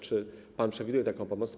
Czy pan przewiduje taką pomoc?